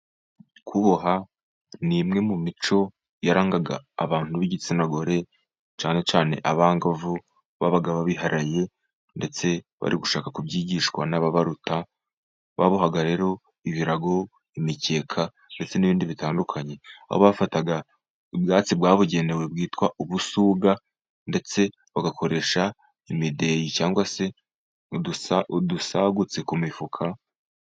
Kuboha ni imwe mu mico yarangaga abantu b'igitsina gore, cyane cyane abangavu, babaga babiharaye ndetse bari gushaka ku byigishwa n'ababaruta, babohaga rero ibirago, imikeka ndetse n'ibindi bitandukanye, aho bafataga ubwatsi bwabugenewe bwitwa ubusuga, ndetse bagakoresha imideyi cyangwa se udusa udusagutse ku mifuka.